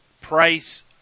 Price